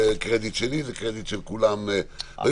הקרדיט הוא לא שלי, הוא של כולם, כאן.